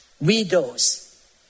widows